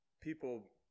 people